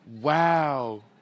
Wow